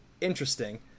interesting